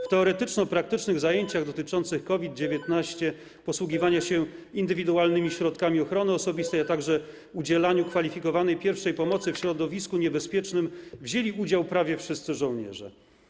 W teoretyczno-praktycznych zajęciach dotyczących COVID-19, posługiwania się indywidualnymi środkami ochrony osobistej, a także udzielania kwalifikowanej pierwszej pomocy w środowisku niebezpiecznym wzięli udział prawie wszyscy żołnierze.